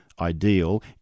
ideal